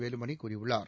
வேலுமணி கூறியுள்ளார்